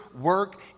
work